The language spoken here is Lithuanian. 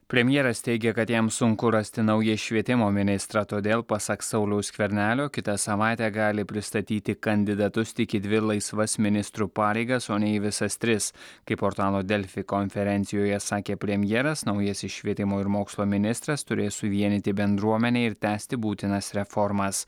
premjeras teigė kad jam sunku rasti naują švietimo ministrą todėl pasak sauliaus skvernelio kitą savaitę gali pristatyti kandidatus tik į dvi laisvas ministrų pareigas o ne į visas tris kaip portalo delfi konferencijoje sakė premjeras naujasis švietimo ir mokslo ministras turės suvienyti bendruomenę ir tęsti būtinas reformas